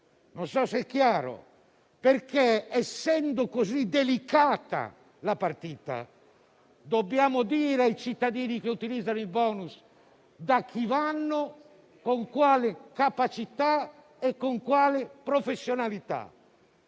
non so se è chiaro - perché, essendo così delicata la partita, dobbiamo dire ai cittadini che utilizzano il *bonus* di capire bene da chi vanno e a quali capacità e a quali professionalità